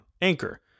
Anchor